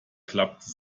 klappte